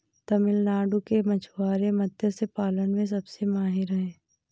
तमिलनाडु के मछुआरे मत्स्य पालन में सबसे माहिर हैं